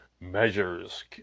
measures